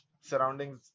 surroundings